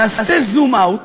נעשה זום-אאוט